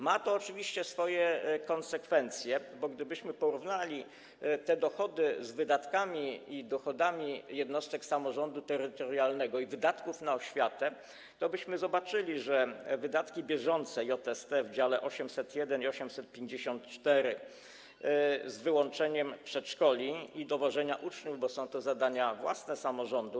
Ma to oczywiście swoje konsekwencje, bo gdybyśmy porównali te dochody z wydatkami i dochodami jednostek samorządu terytorialnego i wydatki na oświatę, tobyśmy zobaczyli, że wydatki bieżące JST w działach 801 i 854 z wyłączeniem przedszkoli i dowożenia uczniów, bo są to zadania własne samorządu.